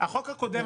החוק הקודם,